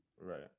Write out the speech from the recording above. Right